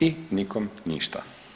I nikom ništa.